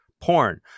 porn